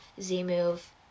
Z-Move